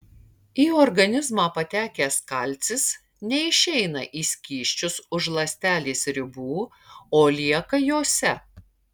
į organizmą patekęs kalcis neišeina į skysčius už ląstelės ribų o lieka jose